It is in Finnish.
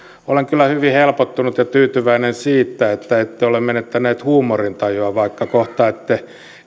olen kyllä hyvin helpottunut ja tyytyväinen siihen että ette ole menettänyt huumorintajua vaikka kohta ette